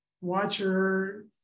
watcher